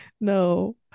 no